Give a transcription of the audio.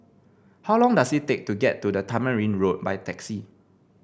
how long does it take to get to Tamarind Road by taxi